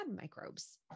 microbes